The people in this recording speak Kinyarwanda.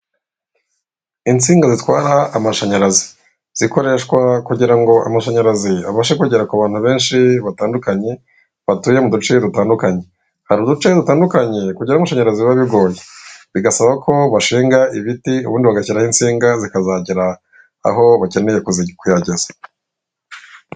Insinga zitwara amamashanyarazi zikoreshwa kugira ngo amashanyarazi abashe kugera ku bantu benshi batandukanye batuye mu duce dutandukanye , haru uduce dutandukanye kugeramo amashanyarazi biba bigoye bigasaba ko bashinga ibiti ubundi bagashyiraho insinga zikazagera aho bakeneye kuyageza